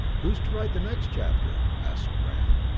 who's to write the next chapter? asked graham.